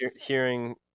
hearing